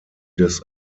des